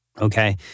okay